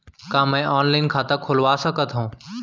का मैं ऑनलाइन खाता खोलवा सकथव?